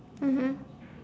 mmhmm